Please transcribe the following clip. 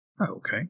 Okay